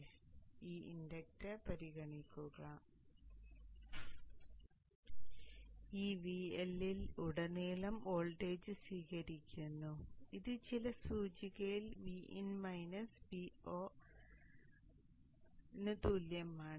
അതിനാൽ ഈ ഇൻഡക്റ്റർ പരിഗണിക്കുക ഈ VL ൽ ഉടനീളം വോൾട്ടേജ് സ്വീകരിക്കുന്നു ഇത് ചില സൂചികയിൽ Vin Vo ന് തുല്യമാണ്